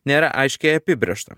nėra aiškiai apibrėžta